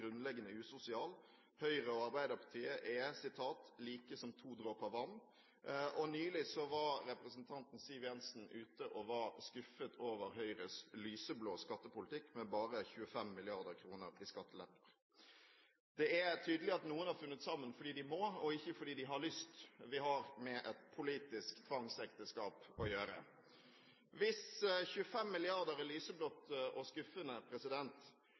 «grunnleggende usosial». Høyre og Arbeiderpartiet er like som «to dråper vann». Nylig var representanten Siv Jensen ute og var skuffet over Høyres lyseblå skattepolitikk, med bare 25 mrd. kr i skattelette. Det er tydelig at noen har funnet sammen fordi de må, og ikke fordi de har lyst. Vi har med et politisk tvangsekteskap å gjøre. Hvis 25 mrd. kr er lyseblått og skuffende,